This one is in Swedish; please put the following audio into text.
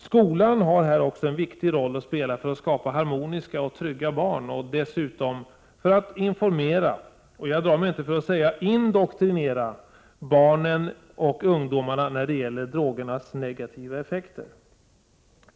Skolan har här också en viktig roll att spela för att skapa harmoniska och trygga barn och dessutom för att informera — ja, jag drar mig inte för att säga indoktrinera — barnen och 51 ungdomarna när det gäller drogernas negativa effekter.